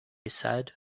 said